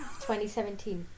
2017